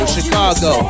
Chicago